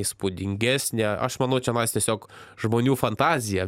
įspūdingesnė aš manau čia mes tiesiog žmonių fantaziją